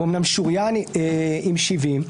הוא אומנם שוריין עם 70,